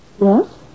Yes